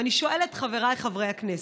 ואני שואלת, חבריי חברי הכנסת,